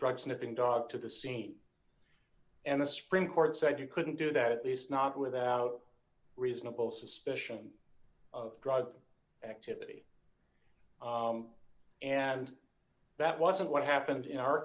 sniffing dog to the scene and the supreme court said you couldn't do that at least not without reasonable suspicion of drug activity and that wasn't what happened in our